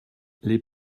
les